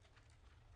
למשתכן".